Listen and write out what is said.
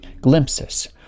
glimpses